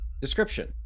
description